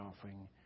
offering